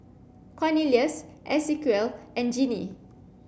Cornelius Esequiel and Genie